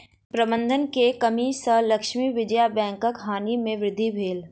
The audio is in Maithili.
प्रबंधन के कमी सॅ लक्ष्मी विजया बैंकक हानि में वृद्धि भेल